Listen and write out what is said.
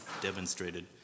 demonstrated